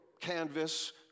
canvas